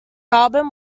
album